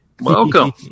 Welcome